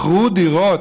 מכרו דירות,